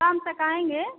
शाम तक आएँगे